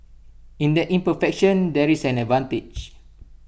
in that imperfection there is an advantage